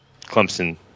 Clemson